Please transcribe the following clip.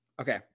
okay